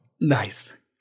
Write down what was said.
Nice